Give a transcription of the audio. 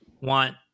want